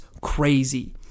crazy